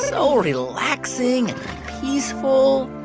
so relaxing and peaceful